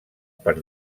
per